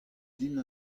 din